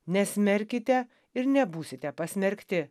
nesmerkite ir nebūsite pasmerkti